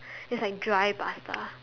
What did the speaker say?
it's like dry pasta